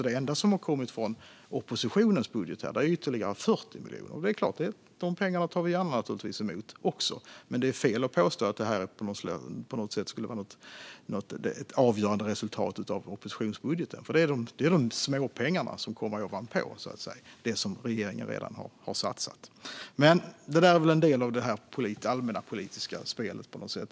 Det enda som har kommit från oppositionens budget är ytterligare 40 miljoner. Det är klart att vi gärna tar emot de pengarna, men det är fel att påstå att detta på något sätt skulle vara ett avgörande resultat av oppositionsbudgeten - det här är småpengar som kommer ovanpå det som regeringen redan har satsat. Detta är väl en del av det allmänna politiska spelet.